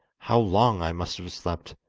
how long i must have slept!